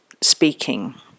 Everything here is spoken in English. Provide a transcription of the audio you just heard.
speaking